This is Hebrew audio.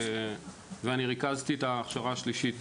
ואני ריכזתי את ההכשרה השלישית